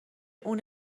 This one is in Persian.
اون